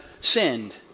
sinned